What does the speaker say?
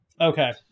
Okay